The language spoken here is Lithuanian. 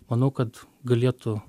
manau kad galėtų